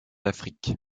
afrique